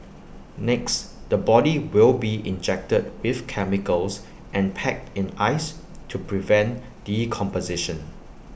next the body will be injected with chemicals and packed in ice to prevent decomposition